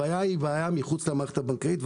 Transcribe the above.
הבעיה היא מחוץ למערכת הבנקאית.